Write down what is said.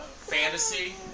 Fantasy